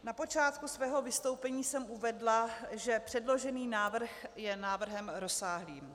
Na počátku svého vystoupení jsem uvedla, že předložený návrh je návrhem rozsáhlým.